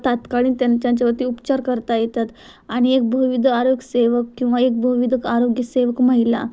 तात्कालीन त्यांच्या त्यांच्यावरती उपचार करता येतात आणि एक बहुविध आरोग्यसेवक किंवा एक बहुविध आरोग्यसेवक महिला